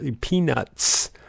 peanuts